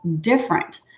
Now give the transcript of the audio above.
different